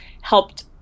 helped